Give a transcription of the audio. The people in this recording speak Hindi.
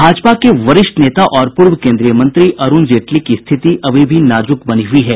भाजपा के वरिष्ठ नेता और पूर्व केंद्रीय मंत्री अरूण जेटली की स्थिति अभी भी नाजुक बनी हुयी है